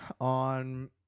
on